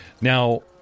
Now